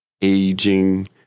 aging